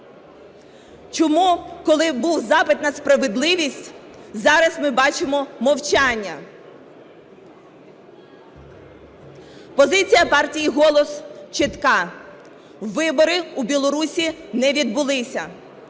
Чому, коли був запит на справедливість, зараз ми бачимо мовчання? Позиція партії "Голос" чітка: вибори у Білорусі не відбулися.